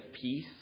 peace